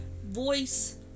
voice